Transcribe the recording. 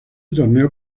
torneo